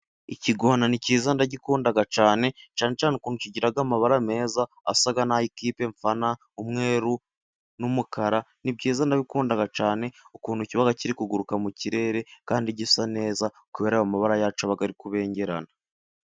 Ikigona ni cyiza ndagikunda cyane, cyane cyane ukuntu kigira amabara meza, asa n'ay'ikipe mfana, umweru n'umukara, nibyiza ndagikunda cyane, ukuntu kiba kiri kuguruka mu kirere, kandi gisa neza, kubera amabara yacyo aba ari kubengerana.